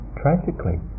tragically